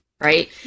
Right